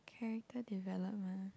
character development